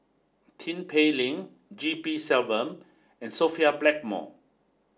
Tin Pei Ling G P Selvam and Sophia Blackmore